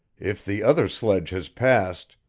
if the other sledge has passed